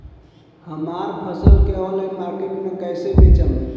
हमार फसल के ऑनलाइन मार्केट मे कैसे बेचम?